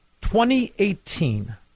2018